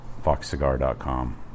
foxcigar.com